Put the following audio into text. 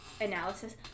analysis